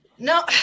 No